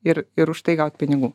ir ir už tai gaut pinigų